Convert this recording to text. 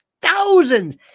thousands